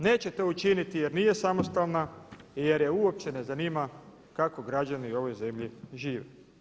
Neće to učiniti jer nije samostalna i jer je uopće ne zanima kako građani u ovoj zemlji žive.